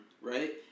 right